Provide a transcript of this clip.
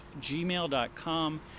gmail.com